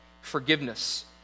forgiveness